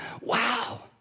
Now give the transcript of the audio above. Wow